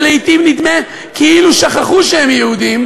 שלעתים נדמה כאילו שכחו שהם יהודים,